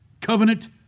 covenant